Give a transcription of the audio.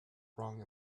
wrong